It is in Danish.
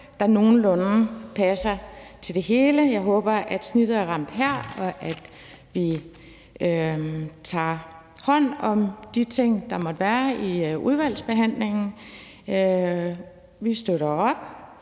passer nogenlunde til det hele. Jeg håber, at snittet er ramt her, og at vi tager hånd om de ting, der måtte være, i udvalgsbehandlingen. Vi støtter op